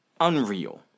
unreal